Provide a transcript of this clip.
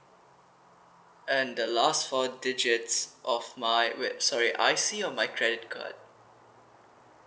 and the last four digits of my wait sorry I_C or my credit card